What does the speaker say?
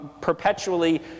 perpetually